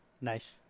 Nice